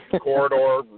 corridor